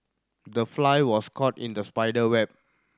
the fly was caught in the spider's web